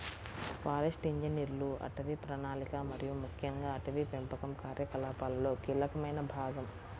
forest ఇంజనీర్లు అటవీ ప్రణాళిక మరియు ముఖ్యంగా అటవీ పెంపకం కార్యకలాపాలలో కీలకమైన భాగం